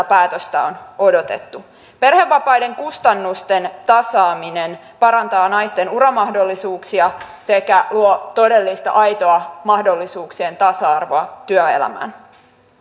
päätöstä on odotettu perhevapaiden kustannusten tasaaminen parantaa naisten uramahdollisuuksia sekä luo todellista aitoa mahdollisuuksien tasa arvoa työelämään